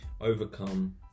overcome